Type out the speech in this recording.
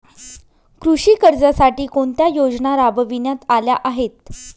कृषी कर्जासाठी कोणत्या योजना राबविण्यात आल्या आहेत?